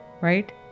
right